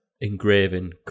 engraving